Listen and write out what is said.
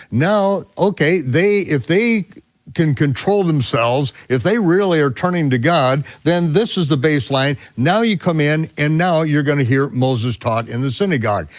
now okay, if they can control themselves, if they really are turning to god, then this is the baseline, now you come in, and now you're gonna hear moses talk in the synagogue.